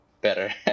better